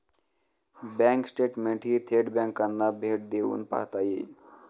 bank स्टेटमेंटही थेट बँकांना भेट देऊन पाहता येईल